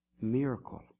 Miracle